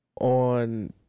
on